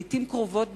לעתים קרובות,